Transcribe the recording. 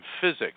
physics